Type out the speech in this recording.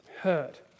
hurt